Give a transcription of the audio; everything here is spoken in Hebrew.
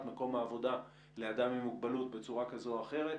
מקום העבודה לאדם עם מוגבלות בצורה כזו או אחרת,